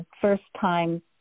first-time